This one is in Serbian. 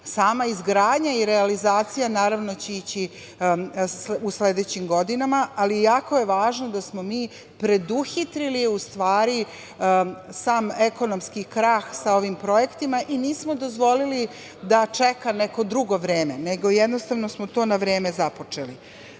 Sama izgradnja i realizacija naravno da će ići u sledećim godinama, ali jako je važno da smo mi preduhitrili u stvari sam ekonomski krah sa ovim projektima i nismo dozvolili da čeka neko drugo vreme, nego smo to na vreme započeli. Kada